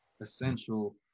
essential